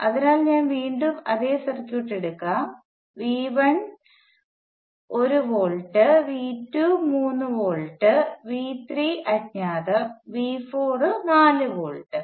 അതിനാൽ ഞാൻ വീണ്ടും അതേ സർക്യൂട്ട് എടുക്കാം വി 1 1 വോൾട്ട് വി 2 3 വോൾട്ട് വി3 അജ്ഞാതം വി4 4 വോൾട്ട്